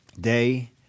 Day